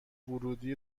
ورودی